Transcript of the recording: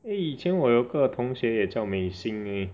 因为以前我有个同学也叫 Mei Xin leh